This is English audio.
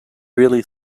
really